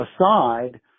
aside